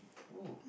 oh